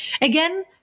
Again